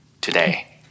today